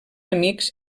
amics